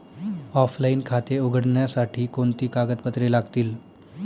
Offline खाते उघडण्यासाठी कोणती कागदपत्रे लागतील?